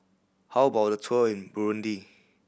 how about a tour in Burundi